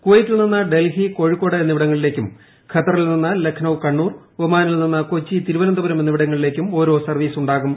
കുവൈറ്റിൽ നിന്ന് ഡൽഹി കോഴിക്കോട് എന്നിവിടങ്ങളിലേയ്ക്കും ഖത്തറിൽ നിന്ന് ലഖ്നൌ കണ്ണൂർ ഒമാനിൽ നിന്ന് കൊച്ചി തിരുവനന്തപുരം എന്നിവിടങ്ങളിലേയ്ക്കും ഓരോ സർവ്വീസ് ഉണ്ടാകും